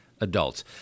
adults